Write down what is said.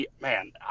man